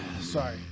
Sorry